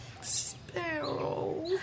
Sparrow